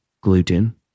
gluten